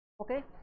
okay